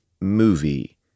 movie